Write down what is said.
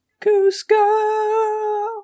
Cusco